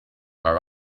are